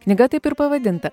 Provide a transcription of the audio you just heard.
knyga taip ir pavadinta